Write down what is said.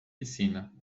piscina